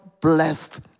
blessed